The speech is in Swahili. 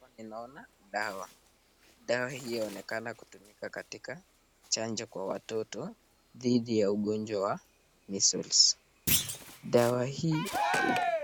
Hapa ninaona dawa. Dawa hii inaonekana kutumika kwatika chanjo kwa watoto dhidi ya ugonjwa wa [Measles]. Dawa hii